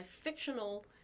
fictional